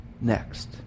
next